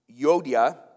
Yodia